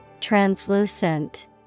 Translucent